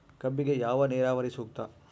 ಕಬ್ಬಿಗೆ ಯಾವ ನೇರಾವರಿ ಸೂಕ್ತ?